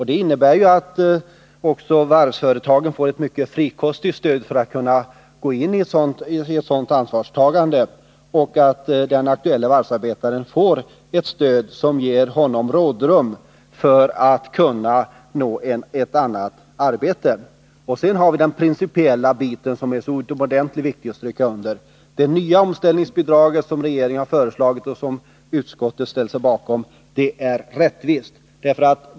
Det innebär att också varvsföretagen får ett mycket frikostigt stöd för att kunna gå in i ett sådant ansvarstagande och att varvsarbetaren i fråga ges rådrum för att kunna få ett annat arbete. Därtill kommer den principiella frågan, som är så utomordentligt viktig att stryka under. Det nya omställningsbidraget, som regeringen har föreslagit och som utskottet ställt sig bakom, är rättvist.